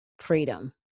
freedom